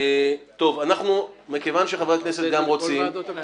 כל ועדת הגבולות --- מכיוון שחברי הכנסת גם רוצים,